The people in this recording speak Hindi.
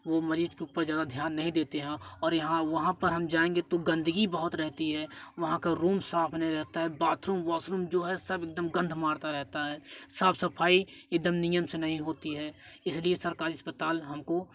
वो मरीज के ऊपर ज्यादा ध्यान नहीं देते हैं और यहाँ वहाँ पर हम जाएँगे तो गंदगी बहुत रहती है वहाँ का रूम साफ नहीं रहता है बाथरूम वॉशरूम जो है सब एकदम गंध मारता रहता है साफ सफाई एकदम नियम से नहीं होती है इसलिए सरकारी अस्पताल हमको